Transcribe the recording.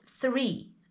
three